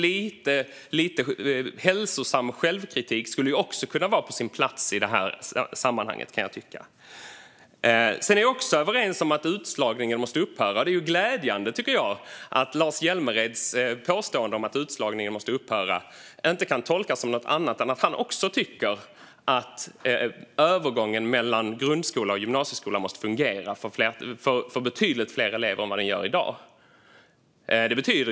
Lite hälsosam självkritik skulle alltså kunna vara på sin plats i det här sammanhanget, kan jag tycka. Vi är också överens om att utslagningen måste upphöra. Det är glädjande, tycker jag, att Lars Hjälmereds påstående om att utslagningen måste upphöra inte kan tolkas som något annat än att han också tycker att övergången mellan grundskola och gymnasieskola måste fungera för betydligt fler elever än vad den gör i dag.